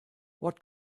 what